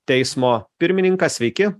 teismo pirmininkas sveiki